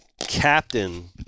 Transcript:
Captain